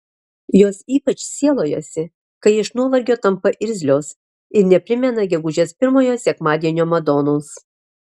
jos ypač sielojasi kai iš nuovargio tampa irzlios ir neprimena gegužės pirmojo sekmadienio madonos